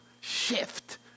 shift